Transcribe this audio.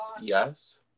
Yes